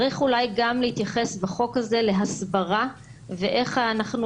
צריך אולי גם להתייחס בחוק הזה להסברה ואיך אנחנו